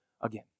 again